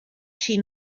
she